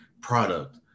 product